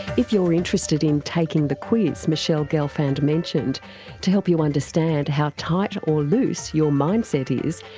if you're interested in taking the quiz michele gelfand mentioned to help you understand how tight or loose your mindset is,